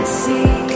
see